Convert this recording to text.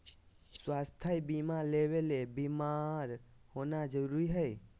स्वास्थ्य बीमा लेबे ले बीमार होना जरूरी हय?